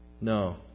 No